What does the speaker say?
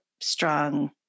strong